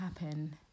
happen